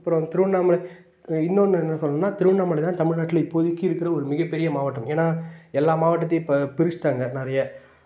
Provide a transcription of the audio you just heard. அப்புறம் திருவண்ணாமலை இன்னொன்று என்ன சொல்லணுன்னா திருவண்ணாமலைதான் தமிழ்நாட்டில இப்போதைக்கு இருக்குற ஒரு மிகப்பெரிய மாவட்டம் ஏன்னா எல்லா மாவட்டத்தையும் இப்போ பிரிச்சிட்டாங்க நிறைய